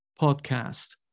podcast